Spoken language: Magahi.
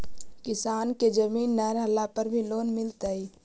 किसान के जमीन न रहला पर भी लोन मिलतइ?